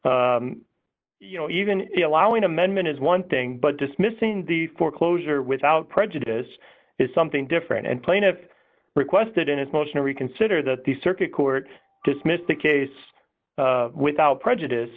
e you know even allowing amendment is one thing but dismissing the foreclosure without prejudice is something different and plaintiff requested in his motion to reconsider that the circuit court dismissed the case without prejudice